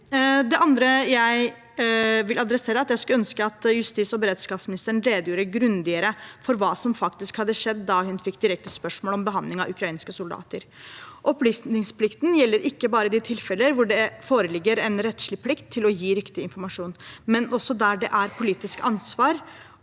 jeg vil ta opp, er at jeg skulle ønske justisog beredskapsministeren redegjorde grundigere for hva som faktisk hadde skjedd da hun fikk direkte spørsmål om behandling av ukrainske soldater. Opplysningsplikten gjelder ikke bare i de tilfeller hvor det foreligger en rettslig plikt til å gi riktig informasjon, men også der det er et politisk ansvar